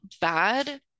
bad